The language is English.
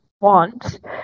want